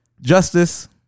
justice